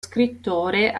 scrittore